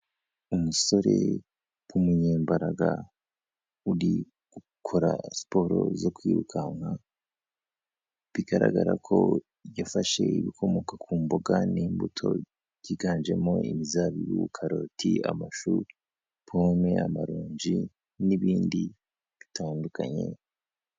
Umusore w'umunyembaraga uri gukora siporo zo kwirukanka, bigaragara ko yafashe ibikomoka ku mboga n'imbuto byiganjemo imizabibu, karoti, amashu, pome, amaronji n'ibindi bitandukanye.